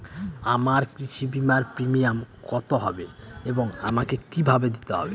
আমার কৃষি বিমার প্রিমিয়াম কত হবে এবং আমাকে কি ভাবে দিতে হবে?